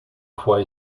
fois